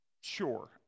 Sure